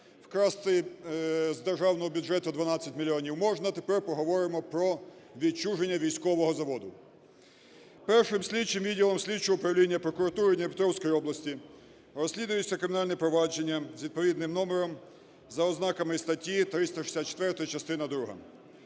вкрасти з державного бюджету 12 мільйонів можна. Тепер поговоримо про відчуження військового заводу. Першим слідчим відділом слідчого управління прокуратури Дніпропетровської області розслідується кримінальне провадження з відповідним номером за ознаками статті 364 частина